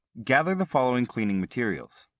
gather the following cleaning materials